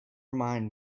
mind